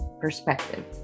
perspective